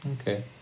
Okay